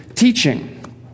teaching